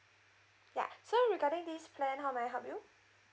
ya so regarding this plan how may I help you